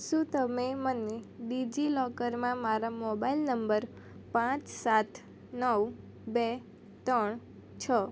શું તમે મને ડિજિલોકરમાં મારા મોબાઇલ નંબર પાંચ સાત નવ બે ત્રણ છ